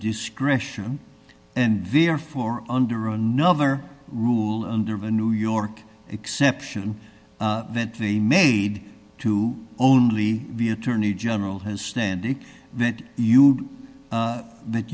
discretion and therefore under another rule under the new york exception that they made to only the attorney general has standing that you that